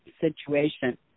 situation